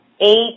Eight